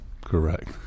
Correct